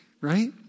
right